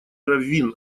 раввин